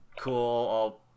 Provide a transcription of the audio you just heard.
cool